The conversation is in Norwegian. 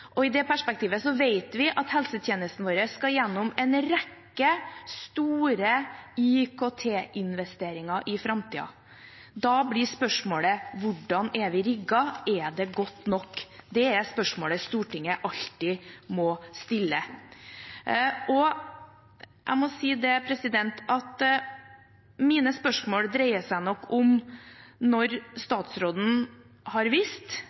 at helsetjenesten vår skal gjennom en rekke store IKT-investeringer i framtiden. Da blir spørsmålet: Hvordan er vi rigget? Er det godt nok? Det er spørsmålet Stortinget alltid må stille. Mine spørsmål dreier seg om når statsråden har visst – jeg skjønner at